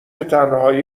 تنهایی